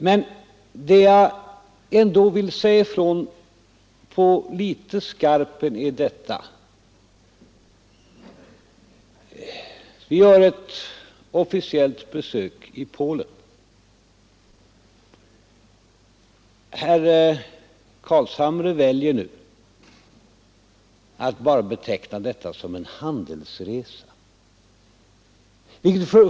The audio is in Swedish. Vad jag ändå vill säga ifrån litet på skarpen är detta: Vi gör ett officiellt besök i Polen. Herr Carlshamre väljer nu att beteckna detta som en handelsresa.